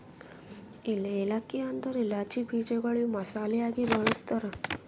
ಏಲಕ್ಕಿ ಅಂದುರ್ ಇಲಾಚಿ ಬೀಜಗೊಳ್ ಇವು ಮಸಾಲೆ ಆಗಿ ಬಳ್ಸತಾರ್